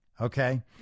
Okay